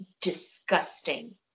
disgusting